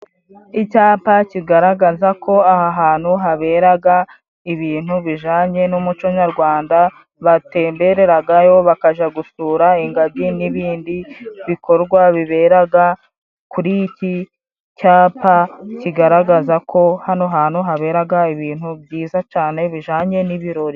Icyapa kigaragaza ko aha hantu haberaga ibintu bijanye n'umuco nyarwanda batembereragayo bakaja gusura ingagi n'ibindi bikorwa biberaga kuri iki cyapa kigaragaza ko hano hantu haberaga ibintu byiza cane bijanye n'ibirori.